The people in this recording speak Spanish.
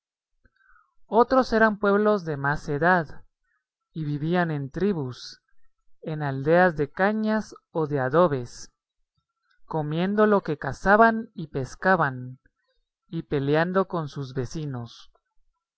otros eran pueblos de más edad y vivían en tribus en aldeas de cañas o de adobes comiendo lo que cazaban y pescaban y peleando con sus vecinos